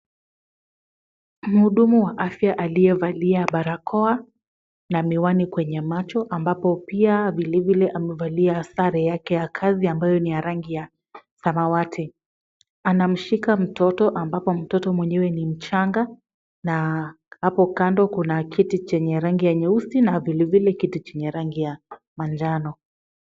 Mhudumu wa afya aliyevalia barakoa na miwani kwenye macho ambapo pia vilevile amevalia sare yake ya kazi ambayo ni ya rangi ya samawati, anamshika mtoto ambapo mtoto mwenyewe ni mchanga na hapo kando kuna kiti chenye rangi ya nyeusi na vilevile kiti chenye rangi ya manjano.